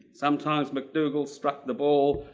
sometimes mcdougall struck the ball.